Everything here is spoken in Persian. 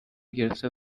گرفته